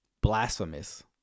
blasphemous